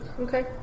Okay